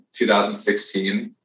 2016